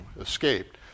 escaped